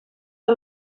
que